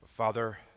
Father